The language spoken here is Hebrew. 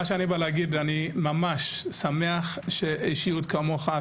אני ממש שמח שאישיות כמוך,